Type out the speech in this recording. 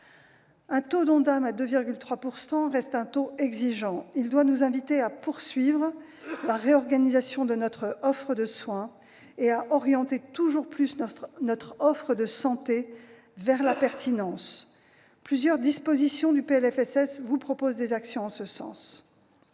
Un taux d'ONDAM de 2,3 % reste un taux exigeant. Cela doit nous inviter à poursuivre la réorganisation de notre offre de soins et à orienter toujours plus notre offre de santé vers la pertinence : plusieurs dispositions du projet de loi de financement